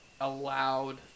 allowed